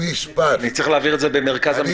אדוני,